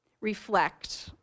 reflect